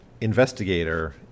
investigator